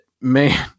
man